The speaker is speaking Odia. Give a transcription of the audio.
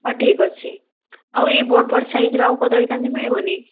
ହଁ ଠିକ ଅଛି ଆଉ ଏଇ ବଡ଼ ବଡ଼ ସାଇଜର ଆଉ କଦଳୀ କାନ୍ଦି ମିଳିବନି